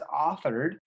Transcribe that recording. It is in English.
authored